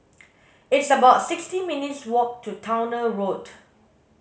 it's about sixty minutes walk to Towner Road